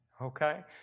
okay